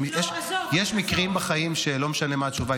יש מקרים בחיים שלא משנה מה התשובה,